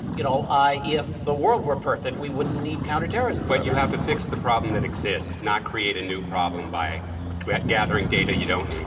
you know, if the world were perfect, we wouldn't need counterterrorism but you have to fix the problem that exists, not create a new problem by gathering data you don't need.